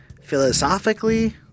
Philosophically